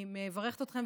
אני מברכת אתכן.